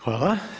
Hvala.